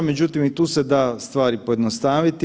Međutim, i tu se da stvari pojednostaviti.